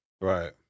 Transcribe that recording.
Right